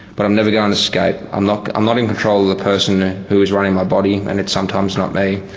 but i'm never going to escape, i'm not i'm not in control of the person who is running my body, and it's sometimes not me.